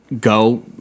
go